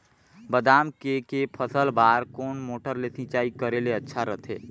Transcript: बादाम के के फसल बार कोन मोटर ले सिंचाई करे ले अच्छा रथे?